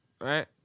right